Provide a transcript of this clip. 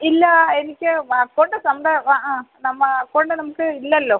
ഇല്ല എനിക്ക് അക്കൗണ്ട് സ്വന്തം ആ ആ നമ്മൾ അക്കൗണ്ട് നമുക്ക് ഇല്ലല്ലോ